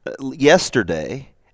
yesterday